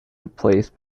replaced